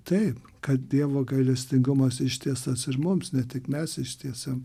taip kad dievo gailestingumas ištiestas ir mums ne tik mes ištiesiam